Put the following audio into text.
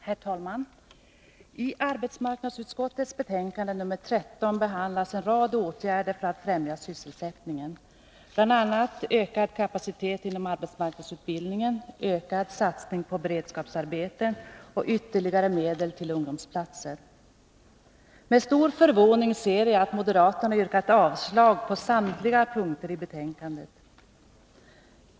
Herr talman! I arbetsmarknadsutskottets betänkande nr 13 behandlas en rad åtgärder som syftar till att främja sysselsättningen. Det gäller bl.a. en ökad kapacitet inom arbetsmarknadsutbildningen, ökad satsning på beredskapsarbeten och ytterligare medel till ungdomsplatser. Med stor förvåning ser jag att moderaterna yrkat avslag på samtliga punkter i betänkandet.